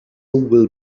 will